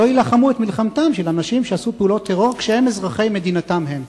לא יילחמו את מלחמתם של אנשים שעשו פעולות טרור כשהם אזרחי מדינתם הם.